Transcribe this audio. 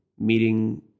meeting